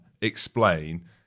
explain